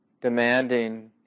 demanding